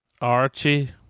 Archie